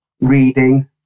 reading